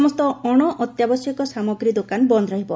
ସମସ୍ତ ଅଶଅତ୍ୟାବଶ୍ୟକ ସାମଗ୍ରୀ ଦୋକାନ ବନ୍ଦ୍ ରହିବ